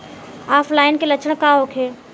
ऑफलाइनके लक्षण का होखे?